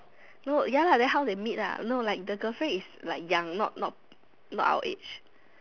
no ya lah then how they meet lah no like the girlfriend is like young not not not our age